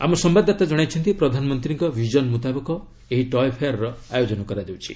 ଆମ ସମ୍ବାଦଦାତା କ୍ଷଣାଇଛନ୍ତି ପ୍ରଧାନମନ୍ତ୍ରୀଙ୍କ ବିଜନ ମୁତାବକ ଏହି ଟୟେ ଫେୟାର୍ର ଆୟୋଜନ କରାଯାଉଛି